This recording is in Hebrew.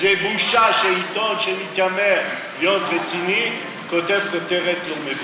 זה בושה שעיתון שמתיימר להיות רציני כותב כותרת לא מבוססת,